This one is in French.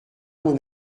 mon